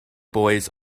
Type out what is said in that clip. boys